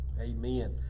Amen